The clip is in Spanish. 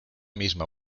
misma